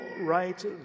right